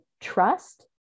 trust